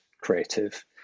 creative